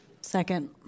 Second